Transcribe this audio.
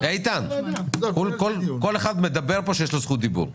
כל אחד מדבר פה כאשר יש לו רשות דיבור.